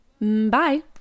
Bye